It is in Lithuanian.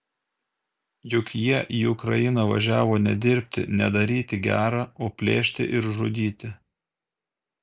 juk jie į ukrainą važiavo ne dirbti ne daryti gera o plėšti ir žudyti